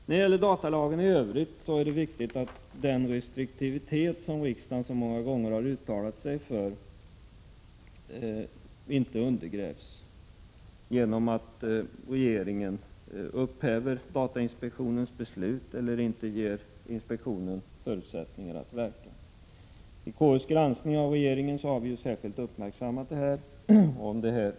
När det gäller datalagen i övrigt är det viktigt att den restriktivitet som riksdagen så många gånger uttalat sig för inte undergrävs genom att regeringen upphäver datainspektionens beslut, eller inte ger inspektionen förutsättningar att verka. Vid konstitutionsutskottets granskning av regeringen har vi särskilt uppmärksammat vad som skett i detta avseende.